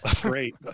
Great